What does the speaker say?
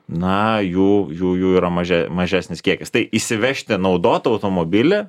na jų jų jų yra mažes mažesnis kiekis tai įsivežti naudotą automobilį